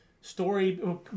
Story